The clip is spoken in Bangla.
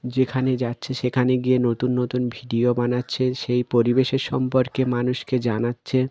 যেখানে যাচ্ছে সেখানে গিয়ে নতুন নতুন ভিডিও বানাচ্ছে সেই পরিবেশের সম্পর্কে মানুষকে জানাচ্ছে